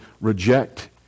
reject